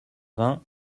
vingts